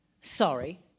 Sorry